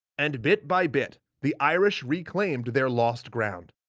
and bit by bit, the irish reclaimed their lost ground.